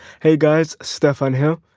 hey guys stefan here.